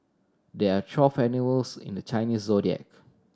there are twelve animals in the Chinese Zodiac